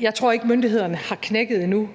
Jeg tror ikke, myndighederne endnu har knækket,